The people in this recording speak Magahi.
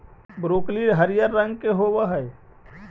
ब्रोकली हरियर रंग के होब हई